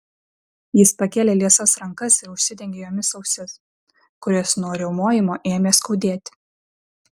jis pakėlė liesas rankas ir užsidengė jomis ausis kurias nuo riaumojimo ėmė skaudėti